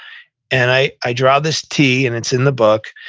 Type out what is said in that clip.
and i i draw this t, and it's in the book,